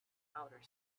outer